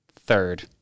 third